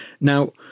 now